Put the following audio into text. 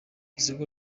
isoko